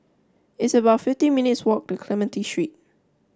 it's about fifty minutes' walk to Clementi Street